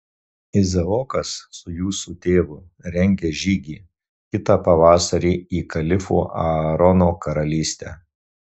izaokas su jūsų tėvu rengia žygį kitą pavasarį į kalifo aarono karalystę